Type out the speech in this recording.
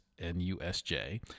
NUSJ